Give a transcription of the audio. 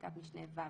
בפסקת משנה (ו),